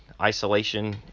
isolation